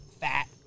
fat